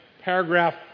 paragraph